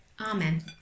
Amen